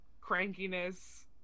crankiness